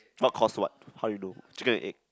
what cause what how you do chicken and egg